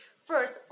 First